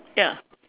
ya